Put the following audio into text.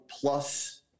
plus